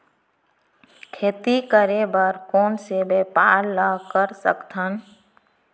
खेती करे बर कोन से व्यापार ला कर सकथन?